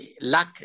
luck